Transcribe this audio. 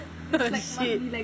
புரிஞ்சிச்சி:purinjichi